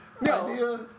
No